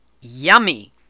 Yummy